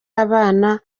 abana